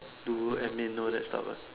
do admin all that stuff lah